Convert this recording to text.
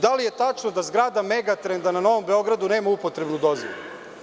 Da li je tačno da zgrada Megatrenda na Novom Beogradu nema upotrebnu dozvolu?